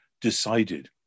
decided